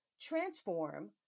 transform